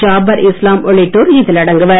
ஜாபர் இஸ்லாம் உள்ளிட்டோர் இதில் அடங்குவர்